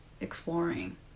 exploring